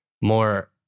more